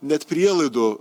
net prielaidų